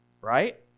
Right